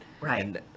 Right